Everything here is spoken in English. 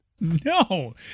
No